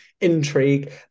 intrigue